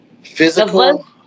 Physical